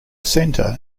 center